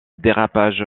dérapage